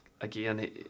Again